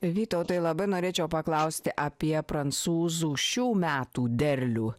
vytautai labai norėčiau paklausti apie prancūzų šių metų derlių